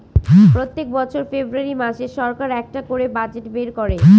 প্রত্যেক বছর ফেব্রুয়ারী মাসে সরকার একটা করে বাজেট বের করে